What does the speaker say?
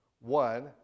One